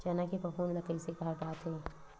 चना के फफूंद ल कइसे हटाथे?